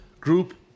group